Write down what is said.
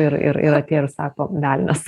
ir ir ir ir atėjo ir sako velnias